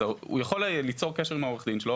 אז הוא יכול ליצור קשר עם העורך-דין שלו,